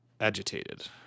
agitated